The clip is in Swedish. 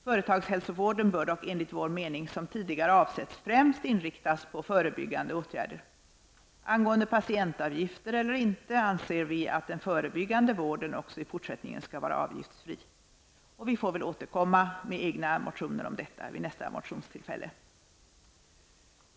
Företagshälsovården bör dock enligt vår mening, som tidigare avsetts, främst inriktas på förebyggande åtgärder. När det gäller patientavgifter eller inte anser vi att den förebyggande vården också i fortsättningen skall vara avgiftsfri. Vi får väl återkomma med egna motioner om detta vid nästa motionstillfälle.